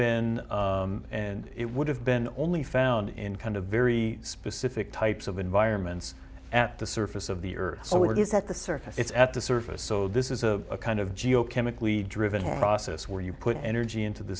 been and it would have been only found in kind of very specific types of environments at the surface of the earth so it is at the surface it's at the surface so this is a kind of geo chemically driven process where you put energy into the